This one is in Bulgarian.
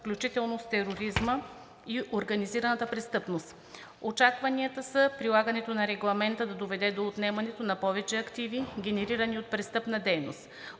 включително с тероризма и организираната престъпност. Очакванията са прилагането на Регламента да доведе до отнемането на повече активи, генерирани от престъпна дейност.